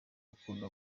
ukunda